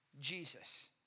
Jesus